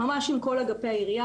לעשות תהליכים ממש עם כל אגפי העירייה.